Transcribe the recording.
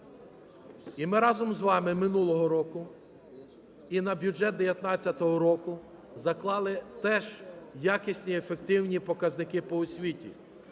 І ми разом з вами минулого року, і на бюджет 19-року заклали теж якісні, ефективні показники по освіті.